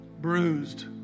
bruised